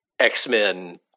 X-Men